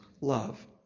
love